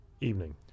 evening